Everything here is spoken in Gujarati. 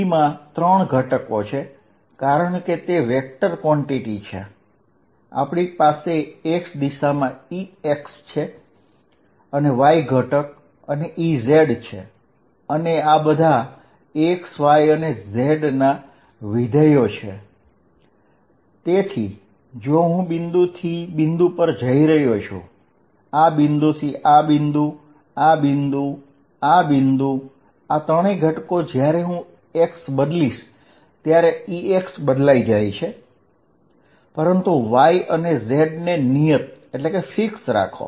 E માં 3 ઘટકો છે કારણ કે તે સદિશ રાશી છે આપણી પાસે x દિશામાં Ex છે અને y દિશામાં Ey ઘટક છે અને Ez છે અને આ બધા x y અને z ના વિધેય છે તેથી જો હું બિંદુ થી બિંદુ પર જઈ રહ્યો છું આ બિંદુથી આ બિંદુ આ બિંદુ આ બિંદુ આ ત્રણેય ઘટકો માટે જ્યારે હું x બદલીશ ત્યારે Ex બદલાઇ જાય છે પરંતુ y અને z ને નિયત રાખો